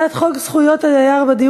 והתוצאות הן: